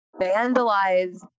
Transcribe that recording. vandalize